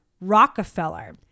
Rockefeller